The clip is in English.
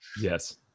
yes